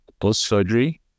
post-surgery